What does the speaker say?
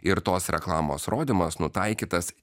ir tos reklamos rodymas nutaikytas